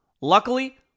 Luckily